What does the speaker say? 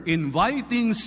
inviting